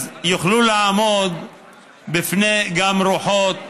אז יוכלו לעמוד גם בפני רוחות חזקות,